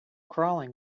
crawling